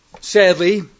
sadly